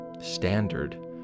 standard